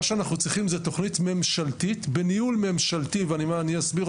מה שאנחנו צריכים זה תוכנית ממשלתית בניהול ממשלתי ואני אסביר